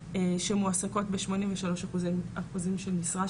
שמועסקות בשמונים ושלוש אחוזים של משרה,